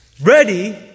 ready